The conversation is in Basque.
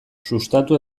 sustatu